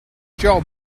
job